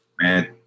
Man